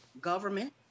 government